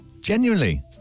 Genuinely